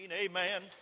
amen